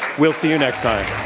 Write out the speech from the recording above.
we'll see you next time.